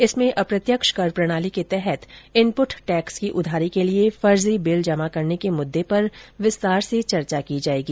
इसमें अप्रत्यक्ष कर प्रणाली के तहत इनपुट टैक्स की उधारी के लिए फर्जी बिल जमा करने के मुद्दे पर विस्तार से चर्चा की जाएगी